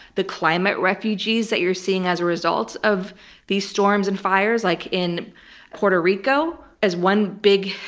the climate refugees that you're seeing as a result of these storms and fires, like in puerto rico, as one big,